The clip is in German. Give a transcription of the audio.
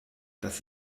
das